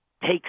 takes